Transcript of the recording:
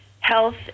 health